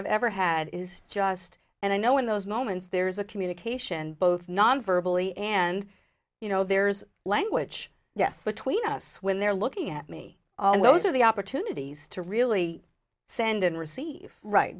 i've ever had is just and i know in those moments there's a communication both nonverbally and you know there's language yes between us when they're looking at me and those are the opportunities to really send and receive right